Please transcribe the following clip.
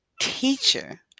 Teacher